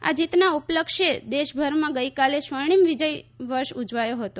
આ જીતના ઉપલક્ષે દેશભરમાં ગઈકાલે સ્વર્ણિમ વિજય વર્ષ ઉજવાયો હતો